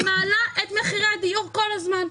שמעלה את מחירי הדיור כל הזמן.